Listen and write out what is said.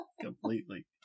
completely